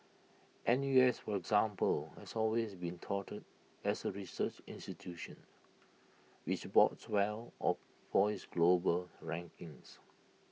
N U S for example has always been touted as A research institution which bodes well for for its global rankings